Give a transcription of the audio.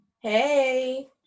Hey